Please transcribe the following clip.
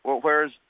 Whereas